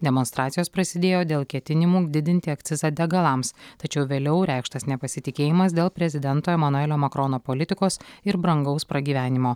demonstracijos prasidėjo dėl ketinimų didinti akcizą degalams tačiau vėliau reikštas nepasitikėjimas dėl prezidento emanuelio makrono politikos ir brangaus pragyvenimo